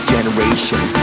Generation